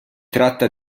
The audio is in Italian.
tratta